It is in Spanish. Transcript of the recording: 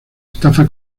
estafa